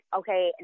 okay